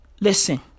Listen